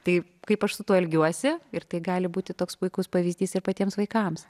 tai kaip aš su tuo elgiuosi ir tai gali būti toks puikus pavyzdys ir patiems vaikams